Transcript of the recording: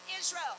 Israel